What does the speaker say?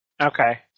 Okay